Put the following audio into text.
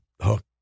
hook